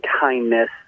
kindness